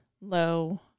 low